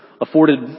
afforded